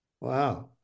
wow